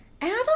Adam